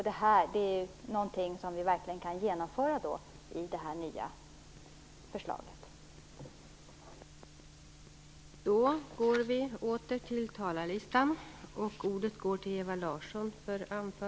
Det här är något som vi verkligen kan genomföra i och med det nya förslaget.